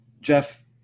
Jeff